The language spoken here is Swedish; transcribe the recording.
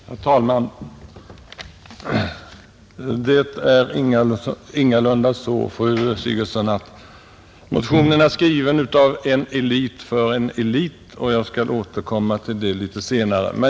Herr talman! Det är ingalunda så, fru Sigurdsen, att motionen är skriven av en elit för en elit — jag skall återkomma till det litet senare.